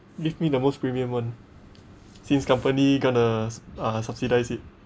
give me the most premium one since company gonna s~ uh subsidise it